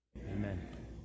Amen